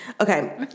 Okay